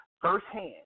firsthand